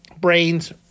brains